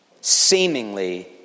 seemingly